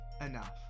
enough